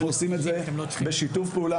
אנחנו עושים את זה בשיתוף פעולה